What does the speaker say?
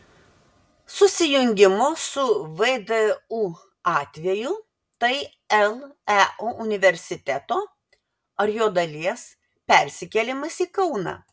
susijungimo su vdu atveju tai leu universiteto ar jo dalies persikėlimas į kauną